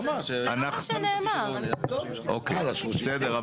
אוקיי, בסדר.